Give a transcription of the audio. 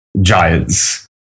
giants